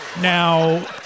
Now